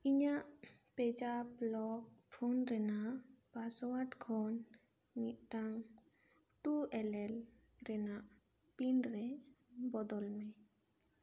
ᱤᱧᱟᱹᱜ ᱯᱮᱡᱟᱯ lock phone ᱨᱮᱱᱟᱜ ᱯᱟᱥᱳᱣᱟᱨᱰ ᱠᱷᱚᱱ ᱢᱤᱫᱴᱟᱝ ᱴᱩ ᱮᱞᱮᱞ ᱨᱮᱱᱟᱜ ᱯᱤᱱ ᱨᱮ ᱵᱚᱫᱚᱞ ᱢᱮ